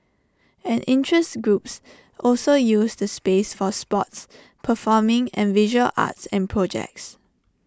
and interest groups also use the space for sports performing and visual arts and projects